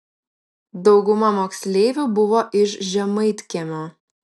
dauguma moksleivių buvo iš žemaitkiemio